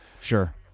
sure